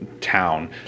Town